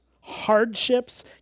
hardships